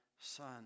son